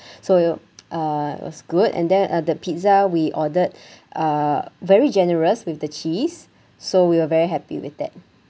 so you uh was good and then uh the pizza we ordered uh very generous with the cheese so we were very happy with that